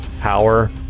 power